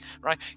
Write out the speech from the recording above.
right